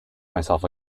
myself